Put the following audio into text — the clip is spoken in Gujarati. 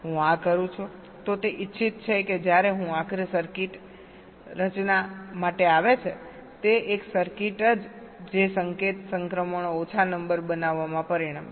હું આ કરુ છું તો તે ઈચ્છિત છે કે જ્યારે હું આખરે સર્કિટ રચના માટે આવે છે તે એક સર્કિટ જે સંકેત સંક્રમણો ઓછા નંબર બનાવવામાં પરિણમશે